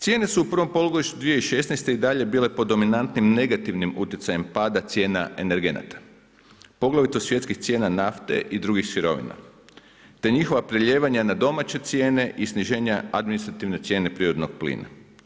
Cijene su u prvom polugodištu 2016. i dalje bile po dominantnim negativnim utjecaja pada cijena energenata, poglavito svjetskih cijena nafte i drugih sirovina, te njihova prelijevanje na domaće cijene i sniženje administrativne cijene prirodnog plina.